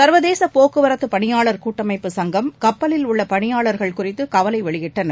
சர்வதேச போக்குவரத்து பணியாளர் கூட்டமைப்பு சங்கம் கப்பலில் உள்ள பணியாளர்கள் குறித்து கவலை வெளியிட்டனர்